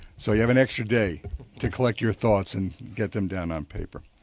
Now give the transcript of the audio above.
so you have an extra day to collecq your thoughts and get them down on paper.